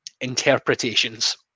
interpretations